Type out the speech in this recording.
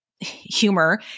humor